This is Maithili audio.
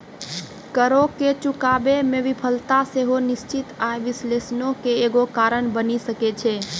करो के चुकाबै मे विफलता सेहो निश्चित आय विश्लेषणो के एगो कारण बनि सकै छै